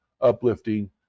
uplifting